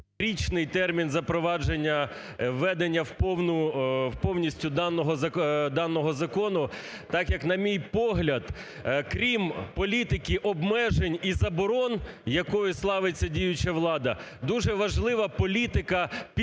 3-річний термін запровадження, введення повністю даного закону, так як, на мій погляд, крім політики обмежень і заборон, якою славиться діюча влада, дуже важлива політика підтримки